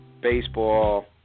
baseball